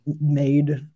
made